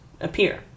appear